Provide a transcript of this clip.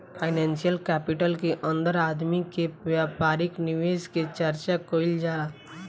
financial capital के अंदर आदमी के व्यापारिक निवेश के चर्चा कईल जाला